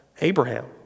Abraham